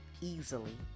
easily